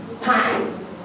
Time